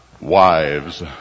wives